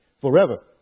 forever